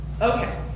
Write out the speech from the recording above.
Okay